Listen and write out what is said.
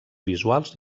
visuals